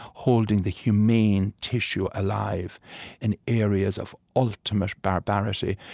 holding the humane tissue alive in areas of ultimate barbarity,